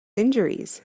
injuries